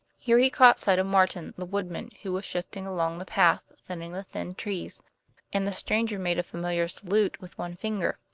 here he caught sight of martin, the woodman, who was shifting along the path, thinning the thin trees and the stranger made a familiar salute with one finger.